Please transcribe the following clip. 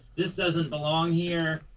this doesn't belong here.